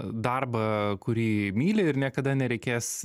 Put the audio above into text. darbą kurį myli ir niekada nereikės